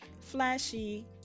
flashy